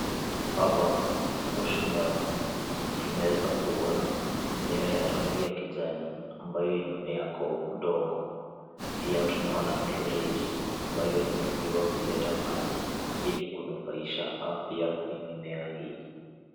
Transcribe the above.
Hapa tuko shambani tunaweza kuona mimea ya rangi ya kijani ambayo inamea kwa udongo, pia tunaona mifereji ambayo inatumiwa kuleta maji ili kunufaisha afya ya mimea hii.